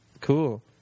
Cool